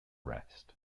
rest